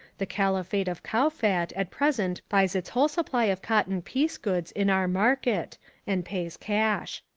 the khalifate of kowfat at present buys its whole supply of cotton piece goods in our market and pays cash.